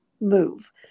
move